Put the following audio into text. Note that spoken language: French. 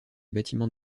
bâtiments